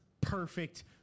perfect